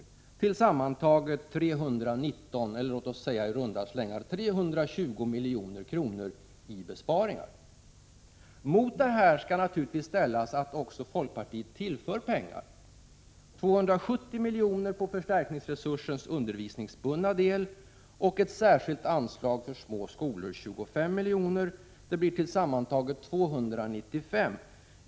Tillsammans blir detta 319 eller i runt tal 320 milj.kr. i besparingar. Mot det här skall man naturligtvis väga att folkpartiet också tillför pengar — 270 milj.kr. på förstärkningsresursens undervisningsbundna del och ett särskilt anslag för små skolor på 25 milj.kr., vilket tillsammans blir 295 milj.kr.